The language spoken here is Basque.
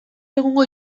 egungo